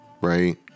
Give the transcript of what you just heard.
right